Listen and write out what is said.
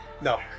No